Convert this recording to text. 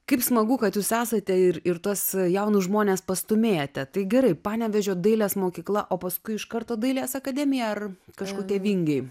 kaip smagu kad jūs esate ir ir tuos jaunus žmones pastūmėjate tai gerai panevėžio dailės mokykla o paskui iš karto dailės akademija ar kažkokie vingiai